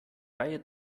reihe